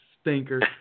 stinker